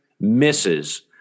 misses